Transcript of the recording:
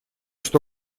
что